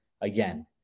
Again